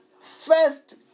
First